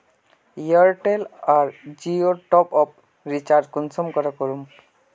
Airtel या जियोर top आप रिचार्ज कुंसम करे करूम?